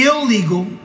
Illegal